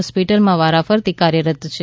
હોસ્પિટલમાં વારાફરથી કાર્યરત છે